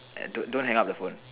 and don't don't hang up the phone